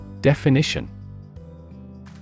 Definition